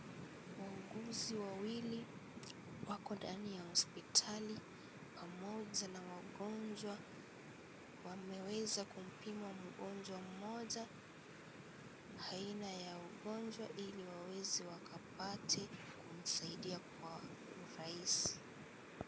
Wauguzi wawili wako ndani ya hospitali pamoja na wagonjwa wameweza kumpima mgonjwa mmoja aina ya ugonjwa ili waweze wakapate kumsaidia kwa urahisi.